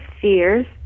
fears